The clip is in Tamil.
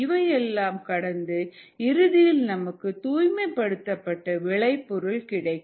இவை எல்லாம் கடந்து இறுதியில் நமக்கு தூய்மைப்படுத்தப்பட்ட விளைபொருள் கிடைக்கும்